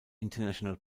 international